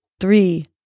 three